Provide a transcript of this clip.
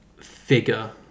figure